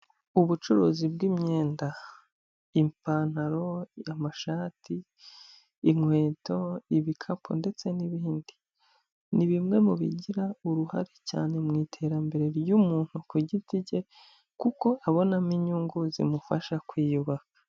Ubucuruzi bw'imyenda, ipantaro, amashati, inkweto, ibikapu ndetse n'ibindi. Ni bimwe mu bigira uruhare cyane mu iterambere ry'umuntu ku giti cye kuko abonamo inyungu zimufasha kwiyubaha.